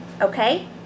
Okay